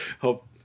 hope